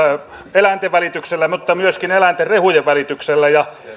eläinten välityksellä mutta myöskin eläinten rehujen välityksellä